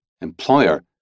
employer